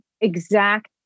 exact